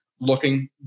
looking